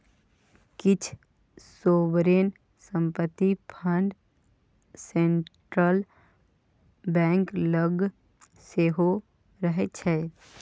किछ सोवरेन संपत्ति fund central bank लग सेहो रहय छै